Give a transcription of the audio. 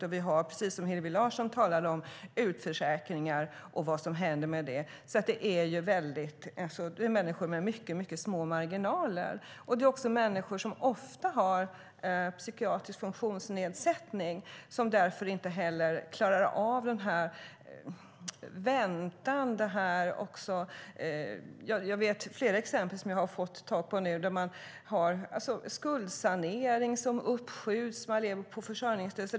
Hillevi Larsson tog upp att det redan finns utförsäkrade och vad som händer med dem. Det handlar om människor med mycket små marginaler. Det är också människor som ofta har en psykiatrisk funktionsnedsättning och därför inte klarar av den väntan det innebär. Jag vet flera exempel på människor som har skuldsanering som uppskjuts och som lever på försörjningsstöd.